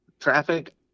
traffic